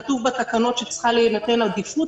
כתוב בתקנות שצריכה להינתן עדיפות